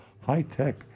high-tech